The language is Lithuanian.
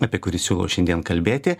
apie kurį siūlau šiandien kalbėti